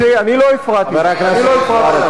שילכו